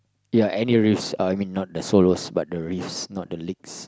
ya any riffs uh I mean not the solos but the riffs not the leaks